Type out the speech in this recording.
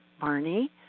Barney